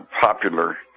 popular